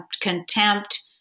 contempt